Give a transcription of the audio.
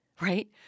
right